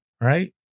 Right